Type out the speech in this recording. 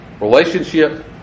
Relationship